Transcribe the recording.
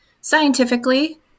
scientifically